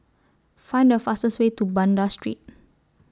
Find The fastest Way to Banda Street